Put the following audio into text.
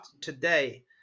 today